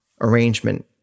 arrangement